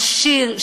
מעשיר,